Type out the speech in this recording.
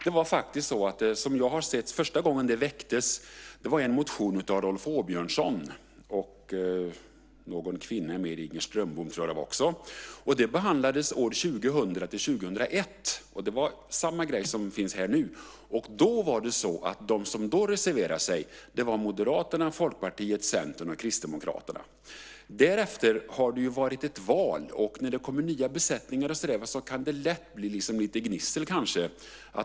Det var faktiskt så, som jag har sett, att första gången det väcktes var i en motion av Rolf Åbjörnsson och någon kvinna, Inger Strömbom tror jag det var. Det behandlas år 2000-2001, och det var samma grej som finns nu. De som då reserverade sig var Moderaterna, Folkpartiet, Centern och Kristdemokraterna. Därefter har det varit ett val, och när det kommer nya besättningar och så kan det kanske lätt bli lite gnissel.